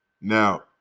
Now